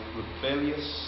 rebellious